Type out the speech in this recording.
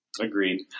Agreed